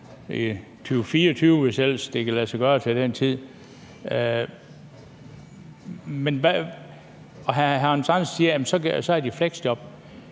2024, hvis ellers det kan lade sig gøre til den tid. Hr. Hans Andersen siger, at så er der fleksjob,